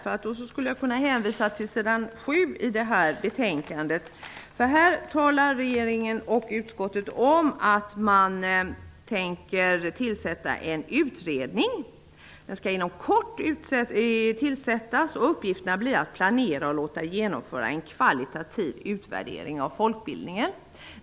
Om han hade varit här hade jag kunnat hänvisa till s. 7 i betänkandet. Där skriver regeringen och utskottsmajoriteten att man tänker tillsätta en utredning inom kort. Uppgifterna blir att planera och låta genomföra en kvalitativ utvärdering av folkbildningen.